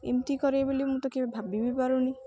ଏମିତି କରିବେ ବୋଲି ମୁଁ ତ କେବେ ଭାବି ବି ପାରୁନି